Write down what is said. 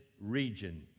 region